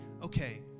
okay